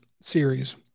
series